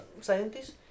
scientists